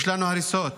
יש לנו הריסות,